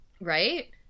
Right